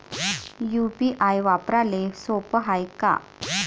UPI वापराले सोप हाय का?